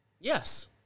Yes